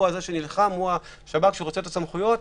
הוא נלחם והוא השב"כ שרוצה את הסמכויות.